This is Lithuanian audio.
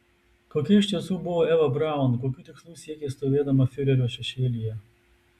kokia iš tiesų buvo eva braun kokių tikslų siekė stovėdama fiurerio šešėlyje